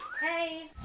hey